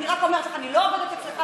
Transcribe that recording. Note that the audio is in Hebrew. אני רק אומרת לך: אני לא עובדת אצלך,